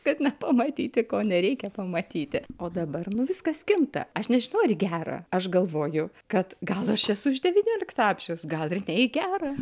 kad nepamatyti ko nereikia pamatyti o dabar nu viskas kinta aš nežinau ar į gera aš galvoju kad gal aš esu iš devyniolikto amžiaus gal ir ne į gera